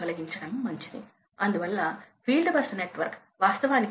5 మేము సగటు horsepower ను లెక్కించడానికి ప్రయత్నిస్తున్నాము